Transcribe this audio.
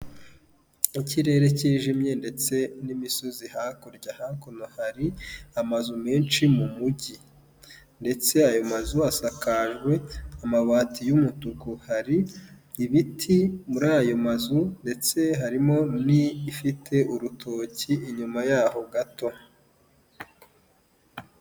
Ikirere kijimye ndetse n'imisozi hakurya, hakuno hari amazu menshi mu mujyi ndetse ayo mazu asakajwe amabati y'umutuku, hari ibiti muri ayo mazu ndetse harimo n'ifite urutoki inyuma y'aho gato.